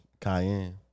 Cayenne